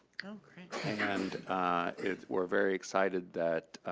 oh, great. and it, we're very excited that,